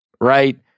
right